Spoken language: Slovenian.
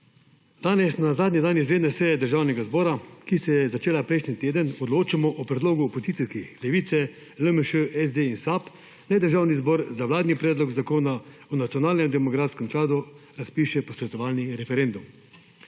Danes, na zadnji dan izredne seje Državnega zbora, ki se je začela prejšnji teden, odločamo o predlogu / nerazumljivo/ Levice, LMŠ, SD in SAB naj Državni zbor za vladni Predlog zakona o nacionalnem demografskem skladu razpiše posvetovalni referendum.